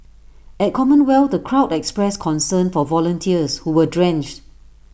at commonwealth the crowd expressed concern for volunteers who were drenched